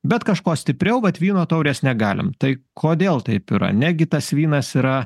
bet kažko stipriau kad vyno taurės negalim tai kodėl taip yra negi tas vynas yra